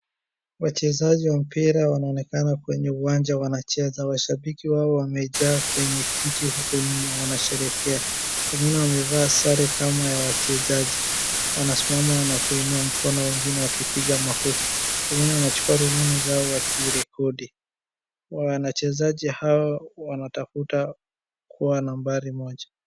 Wachezaji wa mpira wanaonekana kwenye uwanja wanacheza, mashabiki wao kwenye kiti huko nyuma wanasherekea wengine wamevaa sare kama ya ya wachezaji, wanasimama na kuinua mikono wengine wakipiga makofi. Wengine wanachukua rununu zao wakirekodi. Wachezaji hao wanatafuta kuwa nambari moja.